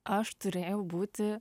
aš turėjau būti